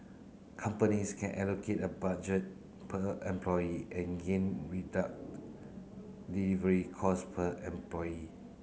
companies can allocate a budget per employee and gain reduct delivery cost per employee